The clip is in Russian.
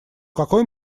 какой